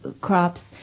crops